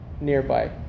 nearby